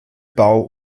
bau